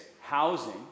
housing